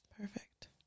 Perfect